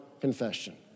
confession